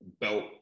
belt